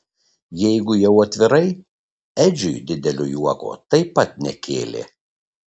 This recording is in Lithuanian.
jeigu jau atvirai edžiui didelio juoko taip pat nekėlė